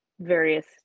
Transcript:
various